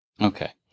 Okay